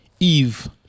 Eve